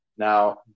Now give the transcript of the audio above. Now